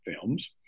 films